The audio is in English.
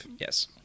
yes